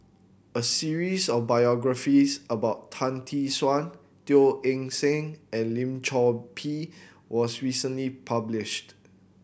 a series of biographies about Tan Tee Suan Teo Eng Seng and Lim Chor Pee was recently published